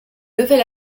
levait